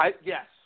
Yes